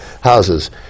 houses